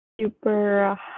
super